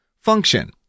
Function